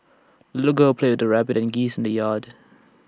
the little girl played with her rabbit and geese in the yard